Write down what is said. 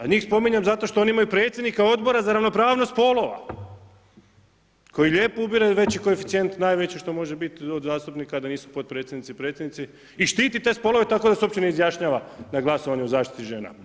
A njih spominjem zato što oni imaju predsjednika Odbora za ravnopravnost spolova koji lijepo ubire veći koeficijent, najveći što može biti ovdje od zastupnika a da nisu potpredsjednici, predsjednici i štiti te spolove tako da se uopće ne izjašnjava na glasovanju o zaštiti žena.